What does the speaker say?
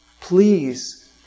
Please